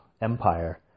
empire